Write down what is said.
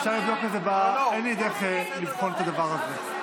אפשר לבדוק את זה, אין לי דרך לבחון את הדבר הזה.